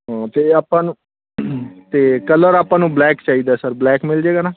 ਹਾਂ ਅਤੇ ਆਪਾਂ ਨੂੰ ਅਤੇ ਕਲਰ ਆਪਾਂ ਨੂੰ ਬਲੈਕ ਚਾਹੀਦਾ ਸਰ ਬਲੈਕ ਮਿਲ ਜਾਏਗਾ ਨਾ